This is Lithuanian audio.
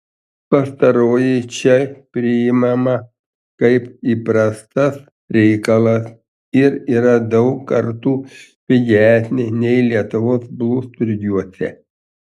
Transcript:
pastaroji čia priimama kaip įprastas reikalas ir yra daug kartų pigesnė nei lietuvos blusturgiuose